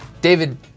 David